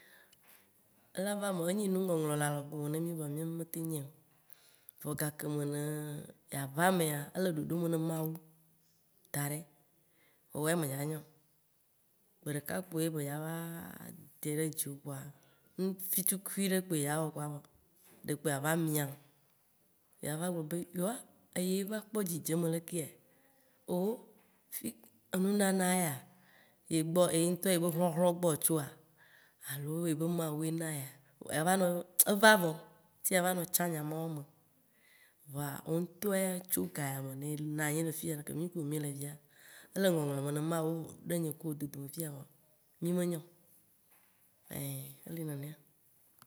Ela va eme, enyi nu ŋɔŋlɔ le agbe me na mì vɔa mìɔ mì me tem nyae, vɔ gake ne ya va emea, ele ɖoɖo me ne Mawu, daɖɛ vɔa wo ya me dza nya o. Gbe ɖeka kpoe be dza va ɖe ɖe dziwò. Kpoa, nu vitukui ɖe kpoe ya wɔ kpoa, ɖe kpo ba va miam, ya va gblɔ be eye ye va kpɔ dzidzeme lekea? Oh, enunana yea, ye ŋtɔ ye be hɔhlɔ̃ gbɔ tsoa, alo ye be Mawu ye na yia? Yava nɔ eva vɔ ce ava nɔ tsa nya mawo me, vɔa wò ŋtɔ ya tso ga ya me ne ena nyi ɖe fiya via, ke mì ku wo mì le fia, ele ŋɔŋlɔ me ne Mawu le nye ku wo be dodo me fiya vɔ mì me nya o. Ein ele nenea